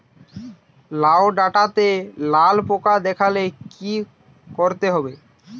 লাউ ডাটাতে লাল পোকা দেখালে কি করতে হবে?